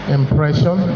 impression